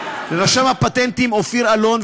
לרשם הפטנטים אופיר אלון,